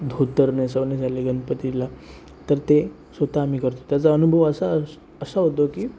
धोतर नेसवणे झाले गणपतीला तर ते स्वतः आम्ही करतो त्याचा अनुभव असा असा होतो की